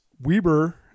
Weber